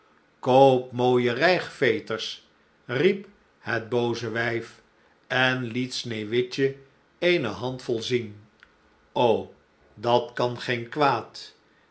koop mooije rijgveters riep het booze wijf en liet sneeuwwitje eene handvol zien o dat kan geen kwaad